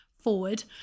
forward